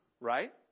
right